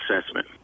assessment